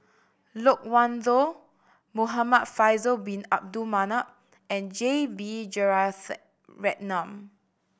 Loke Wan Tho Muhamad Faisal Bin Abdul Manap and J B Jeyaretnam